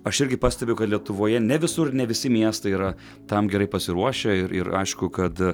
aš irgi pastebiu kad lietuvoje ne visur ne visi miestai yra tam gerai pasiruošę ir ir aišku kad